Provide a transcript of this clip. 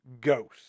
Ghost